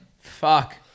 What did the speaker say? Fuck